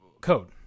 code